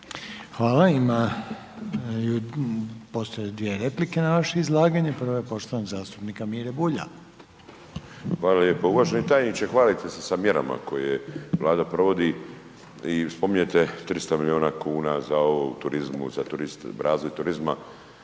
Hvala. Imaju, postoje dvije replike na vaše izlaganje. Prva je poštovanog zastupnika Mire Bulja. **Bulj, Miro (MOST)** Hvala lijepo. Uvaženi tajniče hvalite se sa mjerama, koje Vlada provodi i spominjete 300 milijuna kuna za ovo u turizmu, za razvoj turizma,